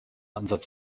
ansatz